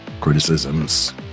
criticisms